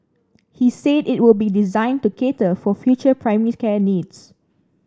he said it will be designed to cater for future primary care needs